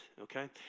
okay